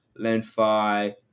LenFi